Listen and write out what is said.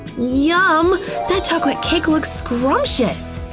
yum! that chocolate cake looks scrumptious!